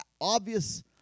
obvious